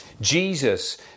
Jesus